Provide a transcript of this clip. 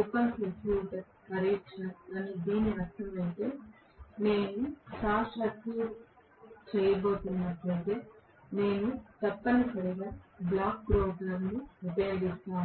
open circuit పరీక్ష అని దీని అర్ధం అయితే నేను షార్ట్ సర్క్యూట్ చేయబోతున్నట్లయితే నేను తప్పనిసరిగా బ్లాక్ రోటర్ ను ఉపయొగిస్తాను